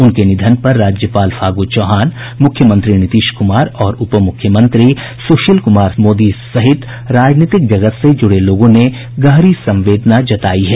उनके निधन पर राज्यपाल फागू चौहान मुख्यमंत्री नीतीश कुमार और उपमुख्यमंत्री सुशील कुमार मोदी सहित राजनीतिक जगत से जुड़े लोगों ने गहरी संवेदना व्यक्त की है